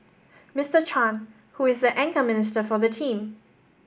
Mister Chan who is the anchor minister for the team